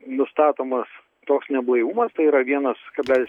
nustatomas toks neblaivumas tai yra vienas kablelis